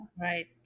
Right